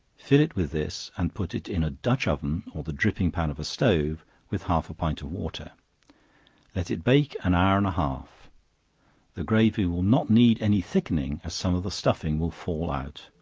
fill it with this, and put it in a dutch-oven, or the dripping pan of a stove, with half a pint of water let it bake an hour and a half the gravy will not need any thickening, as some of the stuffing will fall out.